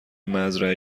مزرعه